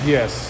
Yes